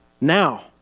Now